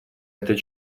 этот